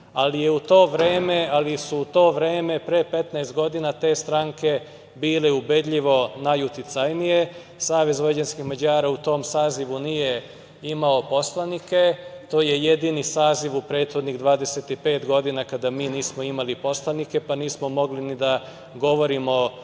ali su u to vreme, pre 15 godina, te stranke bile ubedljivo najuticajnije. Savez vojvođanskih Mađara u tom sazivu nije imao poslanike. To je jedini saziv u prethodnih 25 godina kada mi nismo imali poslanike, pa nismo mogli ni da govorimo